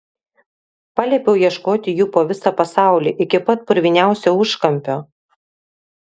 paliepiau ieškoti jų po visą pasaulį iki pat purviniausio užkampio